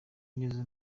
ngeze